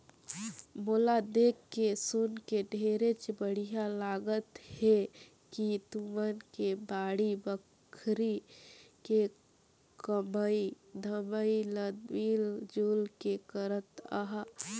मोला देख सुनके ढेरेच बड़िहा लागत हे कि तुमन के बाड़ी बखरी के कमई धमई ल मिल जुल के करत अहा